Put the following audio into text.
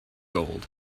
gold